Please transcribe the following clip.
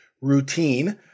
routine